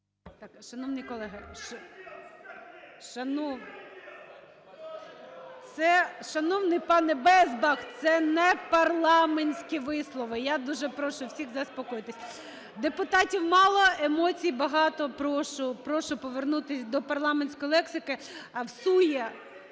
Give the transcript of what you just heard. залі) Це… Шановний пане Безбах, це непарламентські вислови. Я дуже прошу всіх заспокоїтись. Депутатів мало – емоцій багато. Прошу повернутись до парламентської лексики.